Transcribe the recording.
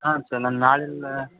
ಹಾಂ ಸರ್ ನಾನು ನಾಳೆಯಿಂದ